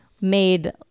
made